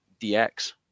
DX